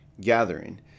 gathering